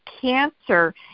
cancer